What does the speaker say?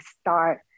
start